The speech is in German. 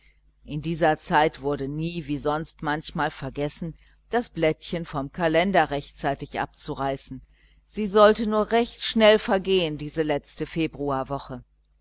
in dieser zeit wurde nie wie sonst manchmal vergessen das blättchen vom kalender rechtzeitig abzureißen sie sollte nur schnell vergehen diese letzte